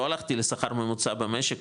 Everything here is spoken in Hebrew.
לא הלכתי לשכר ממוצע במשק,